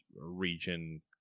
region